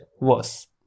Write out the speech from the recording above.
worse